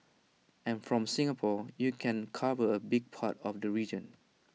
and from Singapore you can cover A big part of the region